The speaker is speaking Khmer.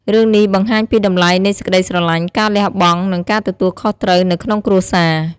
រឿងនេះបង្ហាញពីតម្លៃនៃសេចក្តីស្រឡាញ់ ការលះបង់ និងការទទួលខុសត្រូវនៅក្នុងគ្រួសារ។